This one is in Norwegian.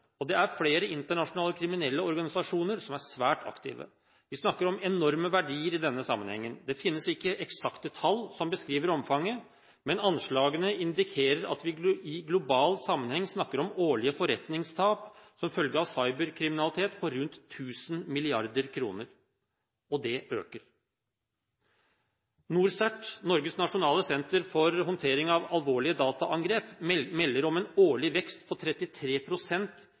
og det er flere internasjonale kriminelle organisasjoner som er svært aktive. Vi snakker om enorme verdier i denne sammenhengen. Det finnes ikke eksakte tall som beskriver omfanget, men anslagene indikerer at vi i global sammenheng snakker om årlige forretningstap som følge av cyberkriminalitet på rundt 1 000 mrd. kr – og det øker. NorCERT, Norges nasjonale senter for håndtering av alvorlige dataangrep, melder om en årlig vekst på